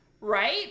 right